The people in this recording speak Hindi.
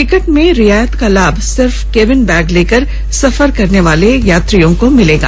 टिकट में रियायत का लाभ सिर्फ केबिन बैग लेकर सफर करने वाले यात्रियों को मिलेगा